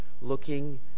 looking